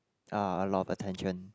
ah a lot of attention